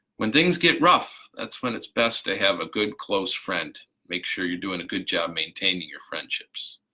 when things get rough, that's when it's best to have a good close friend. make sure you're doing a good job maintaining your friendships.